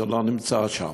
זה לא נמצא שם.